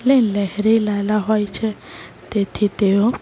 એટલે લહેરીલાલા હોય છે તેથી તેઓ